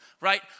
right